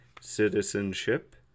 Citizenship